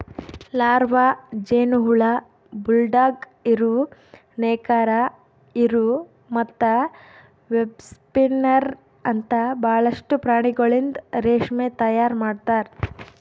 larva, ಜೇನುಹುಳ, bulldog ಇರು, ನೇಕಾರ ಇರು ಮತ್ತ ವೆಬ್ಸ್ಪಿನ್ನರ್ ಅಂತ ಭಾಳಷ್ಟು ಪ್ರಾಣಿಗೊಳಿಂದ್ ರೇಷ್ಮೆ ತೈಯಾರ್ ಮಾಡ್ತಾರ